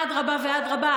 אדרבה ואדרבה,